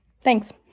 Thanks